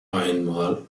einmal